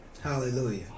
Hallelujah